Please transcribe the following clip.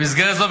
במסגרת זו,